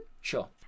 Sure